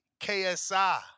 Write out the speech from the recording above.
KSI